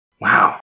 Wow